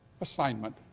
assignment